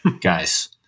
guys